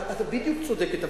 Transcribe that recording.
את בדיוק צודקת,